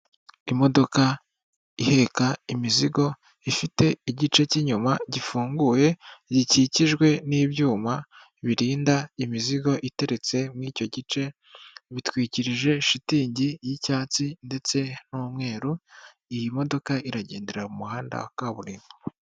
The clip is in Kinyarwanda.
Imodoka iheka imizigo ifite igice k'inyuma gifunguye gikikijwe n'ibyuma birinda imizigo iteretse muri icyo gice, bitwikirije shitingi y'icyatsi ndetse n'umweru. Iyi modoka iragendera mu muhanda wa kaburimbo.